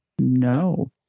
No